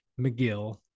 mcgill